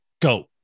Go